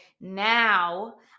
Now